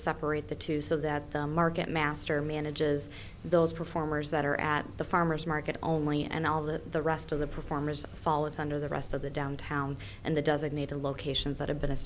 separate the two so that the market master manages those performers that are at the farmers market only and all of the rest of the performers follow it under the rest of the downtown and the doesn't need to locations that have been